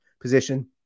position